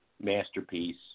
masterpiece